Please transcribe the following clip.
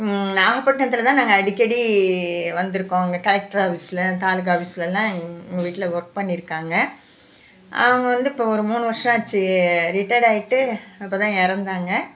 நாகப்பட்டினத்தில் தான் நாங்கள் அடிக்கடி வந்து இருக்கோம் கலெக்டர் ஆபீஸில் தாலுகா ஆபீஸ்ல எல்லாம் எங்கள் வீட்டில் வொர்க் பண்ணி இருக்காங்க அவங்க வந்து இப்போ ஒரு மூணு வருஷம் ஆச்சு ரிட்டேர்ட் ஆயிட்டு அப்போதான் இறந்தாங்க